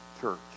church